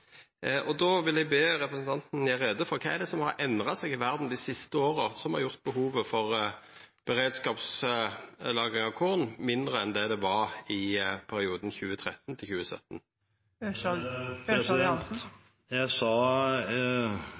Då vil eg be representanten gjera greie for kva det er som har endra seg i verda dei siste åra, som har gjort behovet for beredskapslagring av korn mindre enn det var i perioden